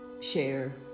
share